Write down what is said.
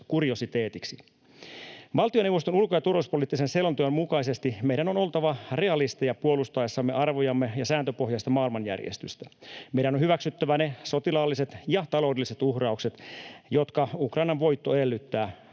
kuriositeetiksi. Valtioneuvoston ulko- ja turvallisuuspoliittisen selonteon mukaisesti meidän on oltava realisteja puolustaessamme arvojamme ja sääntöpohjaista maailmanjärjestystä. Meidän on hyväksyttävä ne sotilaalliset ja taloudelliset uhraukset, joita Ukrainan voitto edellyttää,